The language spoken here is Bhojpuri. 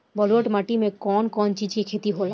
ब्लुअट माटी में कौन कौनचीज के खेती होला?